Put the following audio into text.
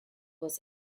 was